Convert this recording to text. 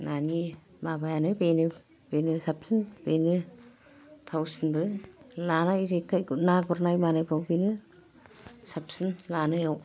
नानि माबायानो बेनो बेनो साबसिन बेनो थावसिनबो लानाय जेखाय ना गुरनाय मानायफ्राव बेनो साबसिन लानायाव